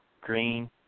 green